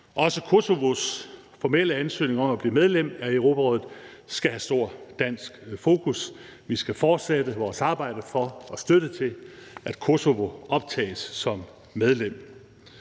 Også Kosovos formelle ansøgning om at blive medlem af Europarådet skal have stort dansk fokus. Vi skal fortsætte vores arbejde for og støtte til, at Kosovo optages som medlem.